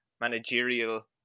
managerial